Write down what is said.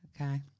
Okay